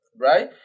right